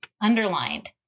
underlined